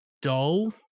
dull